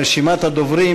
רשימת הדוברים,